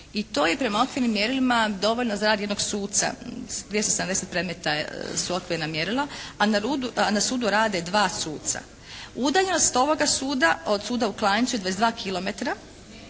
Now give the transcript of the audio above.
i to je prema okvirnim mjerilima dovoljno za rad jednog suca. 270 predmeta su okvirna mjerila a na sudu rade dva suca. Udaljenost ovoga suda od suda u Klanjcu je 22 kilometra.